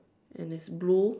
and it's blue